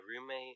roommate